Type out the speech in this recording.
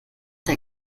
der